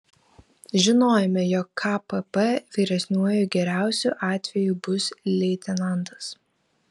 žinojome jog kpp vyresniuoju geriausiu atveju bus leitenantas